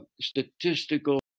statistical